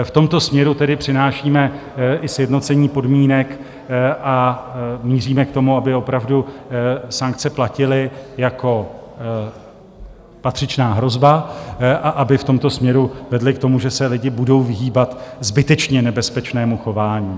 V tomto směru tedy přinášíme i sjednocení podmínek a míříme k tomu, aby opravdu sankce platily jako patřičná hrozba a aby v tomto směru vedly k tomu, že se lidi budou vyhýbat zbytečně nebezpečnému chování.